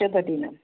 शुभदिनम्